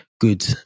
good